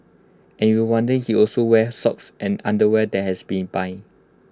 and you're wondering he also wears socks and underwear that has been buy